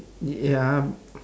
ya